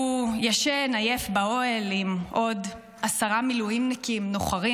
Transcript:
הוא ישן עייף באוהל עם עוד עשרה מילואימניקים נוחרים.